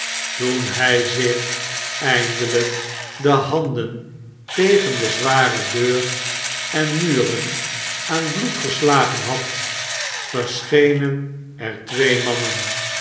toen hij zich eindelijk de handen tegen de zware deur en muren aan bloed geslagen had verschenen er twee mannen